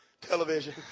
television